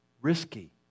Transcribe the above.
Risky